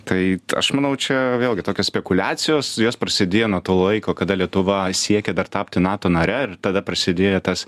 tai aš manau čia vėlgi tokios spekuliacijos jos prasidėjo nuo to laiko kada lietuva siekė dar tapti nato nare ir tada prasidėjo tas